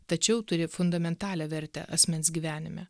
tačiau turi fundamentalią vertę asmens gyvenime